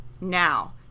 now